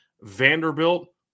Vanderbilt